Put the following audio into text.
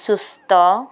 ସୁସ୍ଥ